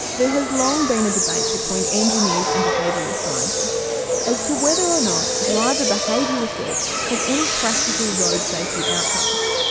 there has long been a debate between engineers and behavioural scientists as to whether or not driver behaviour research has any practical road safety outcomes.